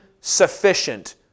sufficient